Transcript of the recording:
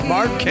Mark